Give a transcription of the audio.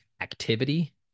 activity